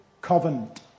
covenant